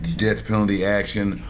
death penalty action.